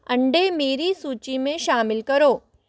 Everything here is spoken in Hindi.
अंडे मेरी सूची में शामिल करो